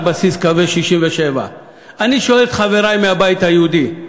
בסיס קווי 67' אני שואל את חברי מהבית היהודי,